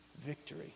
victory